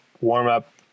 warm-up